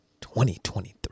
2023